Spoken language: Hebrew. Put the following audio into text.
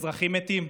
אזרחים מתים.